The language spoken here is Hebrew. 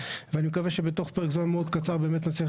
ואני מקווה שבתוך פרק זמן מאוד קצר באמת נצליח